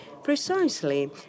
Precisely